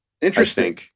Interesting